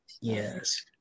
Yes